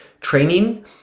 training